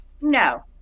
No